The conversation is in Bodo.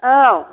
औ